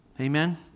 Amen